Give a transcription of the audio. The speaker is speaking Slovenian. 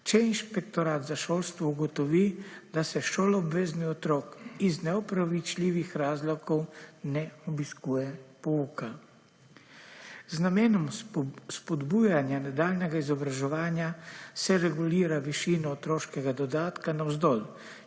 če inšpektorat za šolstvo ugotovi, da šoloobvezni otrok iz neopravičljivih razlogov ne obiskuje pouka. Z namenom spodbujanja nadaljnjega izobraževanja se regulira višino otroškega dodatka navzdol,